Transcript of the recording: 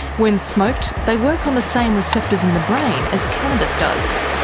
when smoked, they work on the same receptors in the brain as cannabis does.